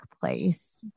place